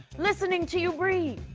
listening to you breathe.